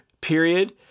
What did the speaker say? period